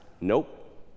Nope